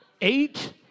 eight